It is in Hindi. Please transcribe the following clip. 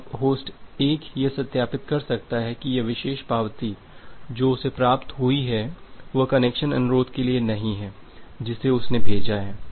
अब होस्ट 1 यह सत्यापित कर सकता है कि यह विशेष पावती जो उसे प्राप्त हुई है वह कनेक्शन अनुरोध के लिए नहीं है जिसे उसने भेजा है